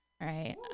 right